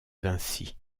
vinci